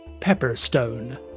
Pepperstone